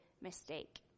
mistake